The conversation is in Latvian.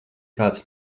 kāds